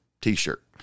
t-shirt